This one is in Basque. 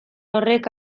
horrek